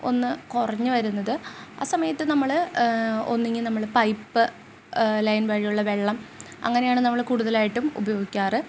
ഒന്ന് കുറഞ്ഞ് വരുന്നത് ആ സമയത്ത് നമ്മൾ ഒന്നെങ്കിൽ നമ്മൾ പൈപ്പ് ലൈൻ വഴിയുള്ള വെള്ളം അങ്ങനെയാണ് നമ്മൾ കൂടുതലായിട്ടും ഉപയോഗിക്കാറ്